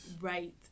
Right